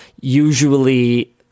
usually